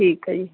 ਠੀਕ ਆ ਜੀ